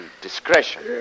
discretion